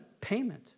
payment